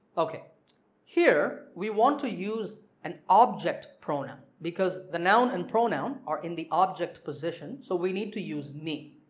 ok here we want to use an object pronoun because the noun and pronoun are in the object position so we need to use me.